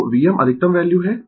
तो Vm अधिकतम value है